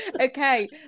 Okay